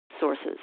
sources